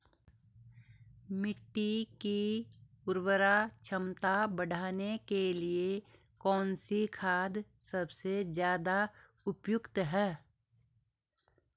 मिट्टी की उर्वरा क्षमता बढ़ाने के लिए कौन सी खाद सबसे ज़्यादा उपयुक्त है?